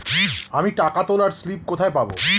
আমি টাকা তোলার স্লিপ কোথায় পাবো?